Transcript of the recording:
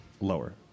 Lower